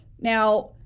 Now